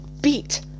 beat